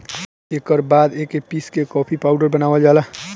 एकर बाद एके पीस के कॉफ़ी पाउडर बनावल जाला